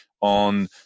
on